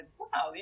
wow